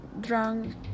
drunk